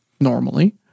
normally